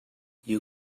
you